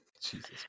Jesus